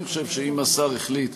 אני חושב שאם השר החליט